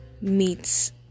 Meets